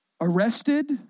arrested